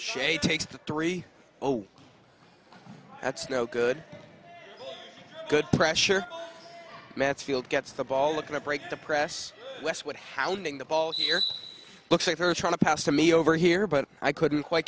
shade takes the three oh that's no good good pressure matfield gets the ball going to break the press westwood hounding the ball here looks like they're trying to pass to me over here but i couldn't quite